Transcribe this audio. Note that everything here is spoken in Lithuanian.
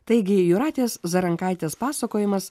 taigi jūratės zarankaitės pasakojimas